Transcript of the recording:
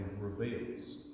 reveals